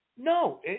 No